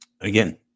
again